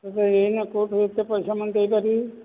ଏବେ ଏଇନା କେଉଁଠୁ ଏତେ ପଇସା ମୁଁ ଦେଇ ପାରିବି